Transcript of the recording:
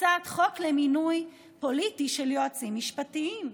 הצעת חוק למינוי פוליטי של יועצים משפטיים,